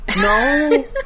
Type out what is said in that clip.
No